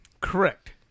correct